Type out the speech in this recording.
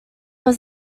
was